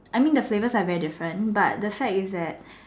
I mean the flavours are very different but the fact is that